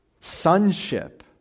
sonship